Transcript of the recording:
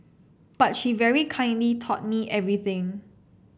but she very kindly taught me everything